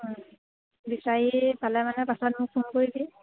বিচাৰি পালে মানে পাছত মোক ফোন কৰিবি